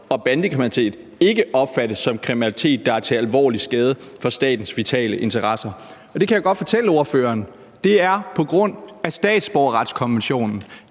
og bandekriminalitet ikke opfattes som kriminalitet, der er til alvorlig skade for statens vitale interesser? Det kan jeg godt fortælle ordføreren – det er på grund af statsborgerretskonventionen,